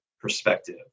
perspective